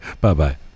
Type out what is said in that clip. Bye-bye